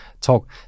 talk